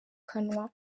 kanwa